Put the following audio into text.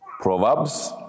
Proverbs